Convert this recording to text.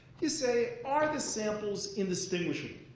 you say, are the samples indistinguishable?